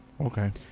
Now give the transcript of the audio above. Okay